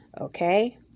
okay